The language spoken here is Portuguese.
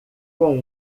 com